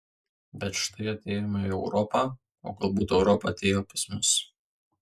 bet štai atėjome į europą o galbūt europa atėjo pas mus